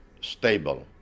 stable